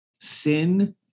sin